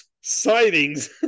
sightings